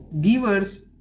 givers